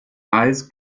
eyes